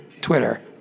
twitter